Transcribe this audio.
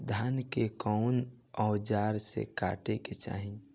धान के कउन औजार से काटे के चाही?